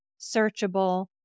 searchable